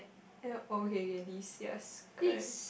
ya okay okay this yes correct